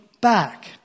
back